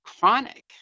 chronic